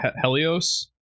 Helios